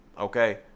Okay